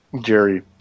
Jerry